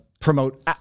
promote